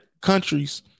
countries